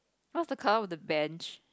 what's the colour of the bench